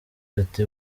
ati